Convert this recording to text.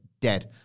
Dead